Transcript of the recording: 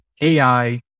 AI